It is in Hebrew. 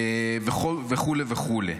וכו' וכו'.